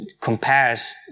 compares